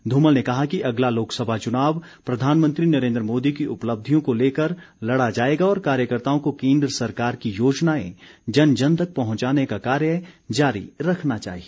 धूमल ने कहा कि अगला लोकसभा चुनाव प्रधानमंत्री नरेन्द्र मोदी की उपलब्धियों को लेकर लड़ा जाएगा और कार्यकर्ताओं को केन्द्र सरकार की योजनाएं जन जन तक पहुंचाने का कार्य जारी रखना चाहिए